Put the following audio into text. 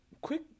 Quick